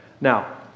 Now